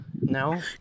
no